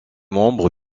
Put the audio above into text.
membres